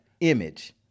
image